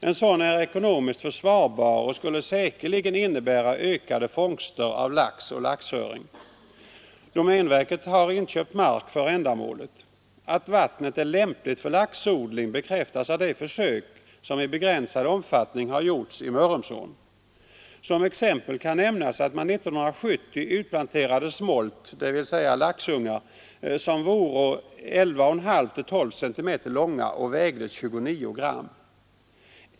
En sådan är ekonomiskt försvarbar och skulle säkerligen innebära ökade fångster av lax och laxöring. Domänverket har inköpt mark för ändamålet. Att vattnet är lämpligt för laxodling bekräftas av de försök som i begränsad omfattning gjorts i Mörrumsån. Som exempel kan nämnas att man 1970 utplanterade smolt, dvs. laxungar, som var 11,5—12 cm långa och vägde 29 gram.